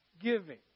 giving